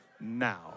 now